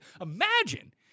imagine